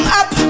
up